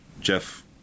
Jeff